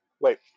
Wait